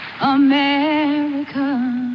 America